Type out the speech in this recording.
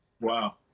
Wow